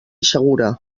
segura